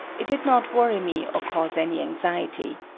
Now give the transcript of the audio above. it did not worry me or cause any anxiety.